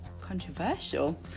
Controversial